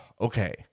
okay